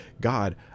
God